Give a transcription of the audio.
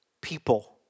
people